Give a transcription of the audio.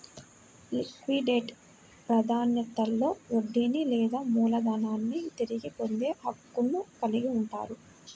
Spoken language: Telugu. లిక్విడేట్ ప్రాధాన్యతలో వడ్డీని లేదా మూలధనాన్ని తిరిగి పొందే హక్కును కలిగి ఉంటారు